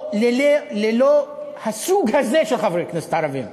או ללא הסוג הזה של חברי כנסת ערבים,